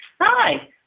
Hi